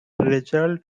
result